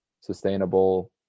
sustainable